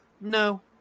no